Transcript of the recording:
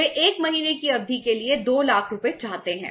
वे 1 महीने की अवधि के लिए 2 लाख रुपये चाहते हैं